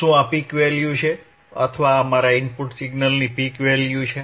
શું આ peak value છે અથવા આ મારા ઇનપુટ સિગ્નલની પિક વેલ્યુ છે